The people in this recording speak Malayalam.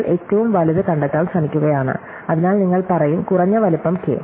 നമ്മൾ ഏറ്റവും വലുത് കണ്ടെത്താൻ ശ്രമിക്കുകയാണ് അതിനാൽ നിങ്ങൾ പറയും കുറഞ്ഞ വലുപ്പം K